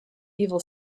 evil